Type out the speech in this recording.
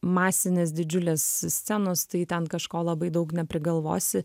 masinės didžiulės scenos tai ten kažko labai daug neprigalvosi